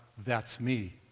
that's me!